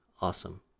Awesome